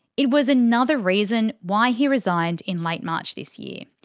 it was another reason why he resigned in late march this year.